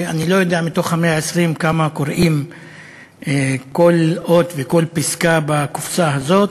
אני לא יודע כמה מתוך ה-120 קוראים כל אות וכל פסקה בקופסה הזאת.